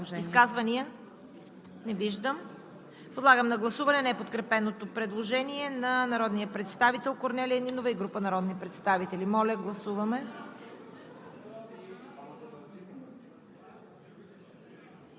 Изказвания? Не виждам. Подлагам на гласуване неподкрепеното предложение на народния представител Корнелия Нинова. Колеги, докато гласуваме,